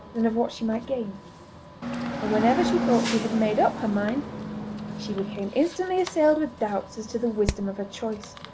than of what she might gain and whenever she thought she had made up her mind she became instantly assailed with doubts as to the wisdom of her choice.